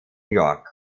york